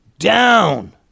Down